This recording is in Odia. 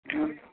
ହୁଁ